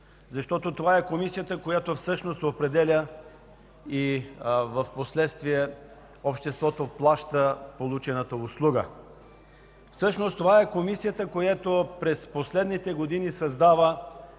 Това е Комисията, която всъщност определя и впоследствие обществото плаща получената услуга. Това е Комисията, която всъщност през последните години създава